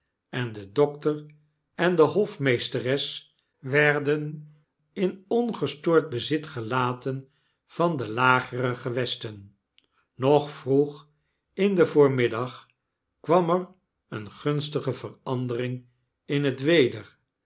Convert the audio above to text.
en de dokter en de hofmeesteres werden in ongestoord bezit gelaten van de lagere gewesten nog vroeg in den voormiddag kwam er eene gunstige verandering in het weder